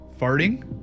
Farting